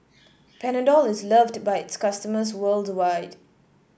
Panadol is loved by its customers worldwide